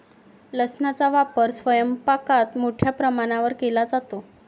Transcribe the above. लसणाचा वापर स्वयंपाकात मोठ्या प्रमाणावर केला जातो